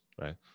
right